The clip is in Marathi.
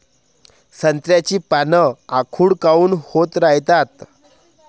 संत्र्याची पान आखूड काऊन होत रायतात?